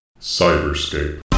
Cyberscape